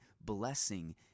blessing